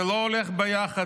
זה לא הולך ביחד,